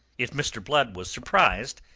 if mr. blood was surprised,